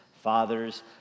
fathers